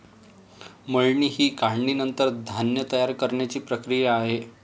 मळणी ही काढणीनंतर धान्य तयार करण्याची प्रक्रिया आहे